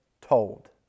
told